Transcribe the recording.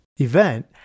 event